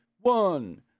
One